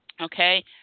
okay